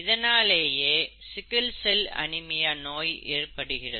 இதனாலேயே sickle cell anaemia நோய் ஏற்படுகிறது